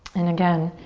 and again,